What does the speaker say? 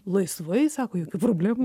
laisvai sako jokių problemų